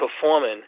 performing